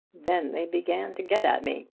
then they began to get at me.